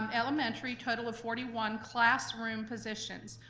um elementary, total of forty one classroom positions.